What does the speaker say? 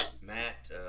Matt